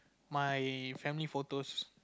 my family photos